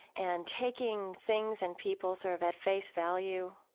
and taking things and people sort of at face value.